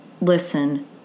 Listen